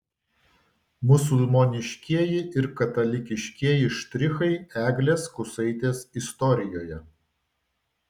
musulmoniškieji ir katalikiškieji štrichai eglės kusaitės istorijoje